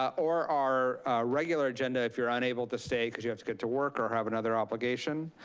or our regular agenda if you're unable to stay cause you have to get to work or have another obligation.